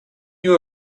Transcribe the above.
you